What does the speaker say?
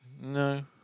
No